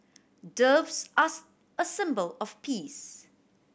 doves are a symbol of peace